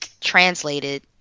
translated